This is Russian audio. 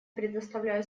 предоставляю